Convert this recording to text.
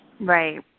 Right